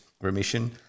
Remission